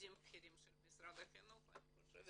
עובדים בכירים של משרד החינוך ואני חושבת